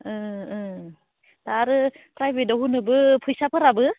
दा आरो प्राइभेटआव होनोबो फैसाफोराबो